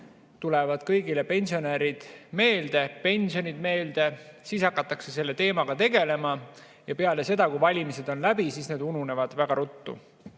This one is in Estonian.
tulevad kõigile pensionärid meelde, pensionid meelde, siis hakatakse selle teemaga tegelema, ja peale seda, kui valimised on läbi, see ununeb väga ruttu.